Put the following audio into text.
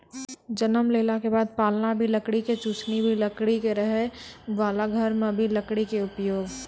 जन्म लेला के बाद पालना भी लकड़ी के, चुसनी भी लकड़ी के, रहै वाला घर मॅ भी लकड़ी के उपयोग